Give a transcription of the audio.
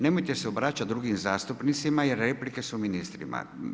Nemojte se obraćati drugim zastupnicima jer replike su ministrima.